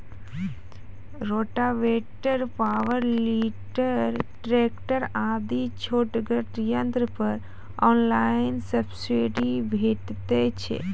Rotavator, power tiller, tractor आदि छोटगर यंत्र पर ऑनलाइन सब्सिडी भेटैत छै?